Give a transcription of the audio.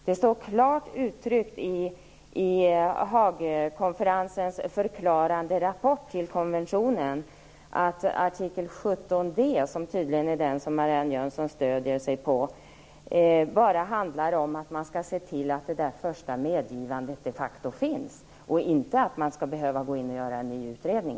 Det är klart uttryckt i Haagkonferensens förklarande rapport till konventionen att artikel 17 b, som tydligen är den som Marianne Jönsson stöder sig på, bara handlar om att man skall se till att ett första medgivande de facto finns, inte om att det skall behöva göras en ny utredning.